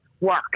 work